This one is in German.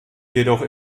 jedoch